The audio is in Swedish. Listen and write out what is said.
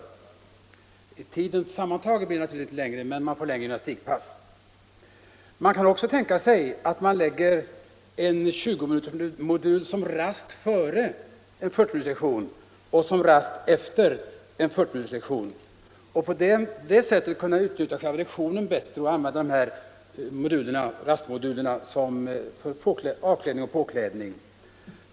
Den sammantagna tiden blir naturligtvis inte Onsdagen den längre, men man får längre gymnastikpass. 26 november 1975 Man kan också tänka sig att man lägger en 20-minutersmodul såväl före som efter en 40-minuterslektion som rast för att på det sättet kunna = Fysisk träning utnyttja själva lektionen bättre och använda rastmodulerna för avkläd = m.m. ning och påklädning.